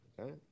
Okay